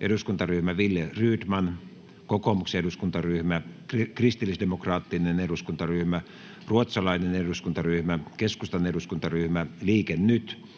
eduskuntaryhmä Wille Rydman, kokoomuksen eduskuntaryhmä, kristillisdemokraattinen eduskuntaryhmä, ruotsalainen eduskuntaryhmä, keskustan eduskuntaryhmä, Liike Nyt